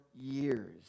years